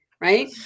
right